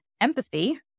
empathy